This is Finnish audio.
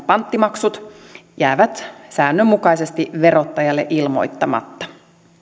panttimaksut jäävät säännönmukaisesti verottajalle ilmoittamatta